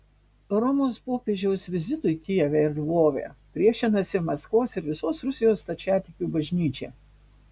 romos popiežiaus vizitui kijeve ir lvove priešinasi maskvos ir visos rusijos stačiatikių bažnyčia